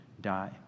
die